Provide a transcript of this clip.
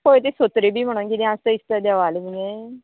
पळय तें सोत्री बी म्हणोन किदें आसा दिसता देवालें म्हणें